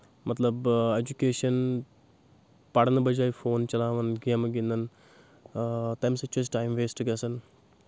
مطلب ایجوکیشَن پرنہٕ بَجاے فون چَلاوان گیمہٕ گِنٛدان تَمہِ سۭتۍ چھِ أسۍ ٹایم ویسٹہٕ گژھان